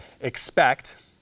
expect